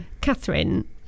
Catherine